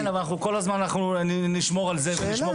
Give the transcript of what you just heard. כן, אבל אנחנו כל הזמן נשמור על זה וזה.